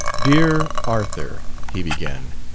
dear arthur, he began.